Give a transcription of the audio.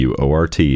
WORT